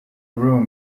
room